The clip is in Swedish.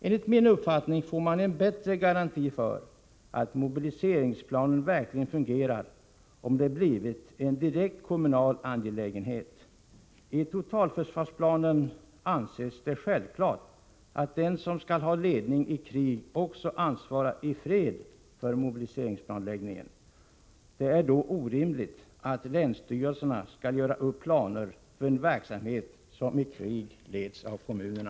Enligt min uppfattning får man en bättre garanti för att mobiliseringsplanen verkligen fungerar, om den blivit en direkt kommunal angelägenhet. I totalförsvarsplanen anses det självklart att den som skall ha ledningen i krig också ansvarar i fred för mobiliseringsplanläggningen. Det är då orimligt att länsstyrelserna skall göra upp planer för en verksamhet som i krig leds av kommunerna.